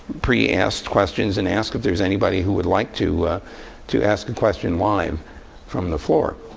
pre-asked questions and ask if there's anybody who would like to to ask a question live from the floor.